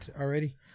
already